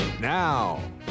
Now